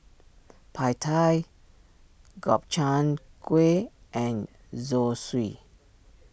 Pad Thai Gobchang Gui and Zosui